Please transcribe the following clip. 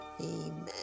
Amen